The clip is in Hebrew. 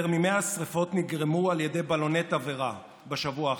יותר מ-100 שרפות נגרמו על ידי בלוני תבערה בשבוע האחרון,